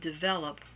develop